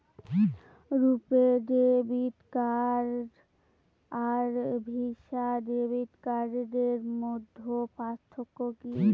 রূপে debit card আর Visa debit কার্ডের মধ্যে পার্থক্য কি?